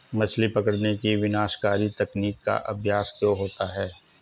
मछली पकड़ने की विनाशकारी तकनीक का अभ्यास क्यों होता है?